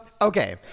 Okay